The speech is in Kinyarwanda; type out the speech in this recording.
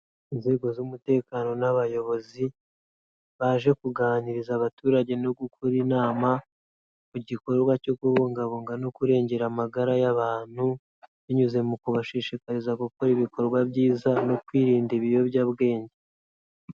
Inzego z'umutekano n'abayobozi, baje kuganiriza abaturage no gukora inama, ku gikorwa cyo kubungabunga no kurengera amagara y'abantu, binyuze mu kubashishikariza gukora ibikorwa byiza no kwirinda ibiyobyabwenge.